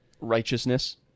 righteousness